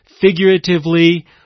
figuratively